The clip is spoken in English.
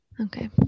Okay